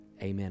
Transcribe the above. amen